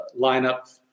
lineup